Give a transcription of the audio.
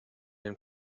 den